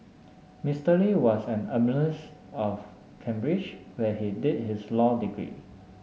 Mister Lee was an alumnus of Cambridge where he did his law degree